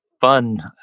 fun